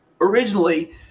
originally